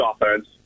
offense